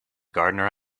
gardener